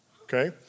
okay